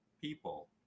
people